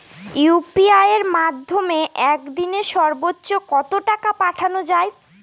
UPI এর মাধ্যমে এক দিনে সর্বচ্চ কত টাকা পাঠানো যায়?